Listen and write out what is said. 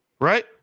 right